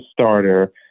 starter